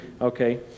okay